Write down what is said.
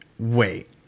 Wait